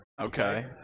Okay